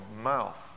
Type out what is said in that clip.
mouth